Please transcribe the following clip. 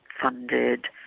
funded